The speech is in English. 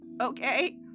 Okay